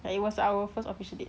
and it was our first official date